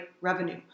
revenue